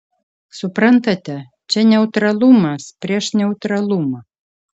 suprantate čia neutralumas prieš neutralumą